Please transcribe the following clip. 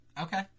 Okay